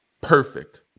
perfect